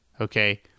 Okay